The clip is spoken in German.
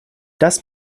das